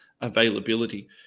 availability